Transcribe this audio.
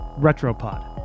Retropod